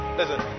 listen